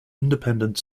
independent